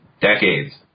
decades